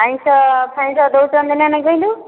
ଆଇଁଷ ଫାଇଁଷ ଦଉଛନ୍ତି ନା ନାହିଁ କହିଲୁ